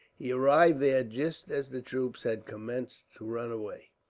he arrived there just as the troops had commenced to run away.